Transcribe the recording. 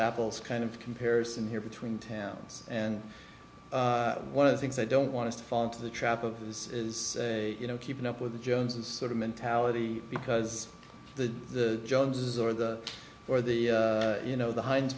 apples kind of comparison here between towns and one of the things i don't want to fall into the trap of is is you know keeping up with the joneses sort of mentality because the joneses or the or the you know the heinz